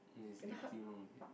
is everything wrong with it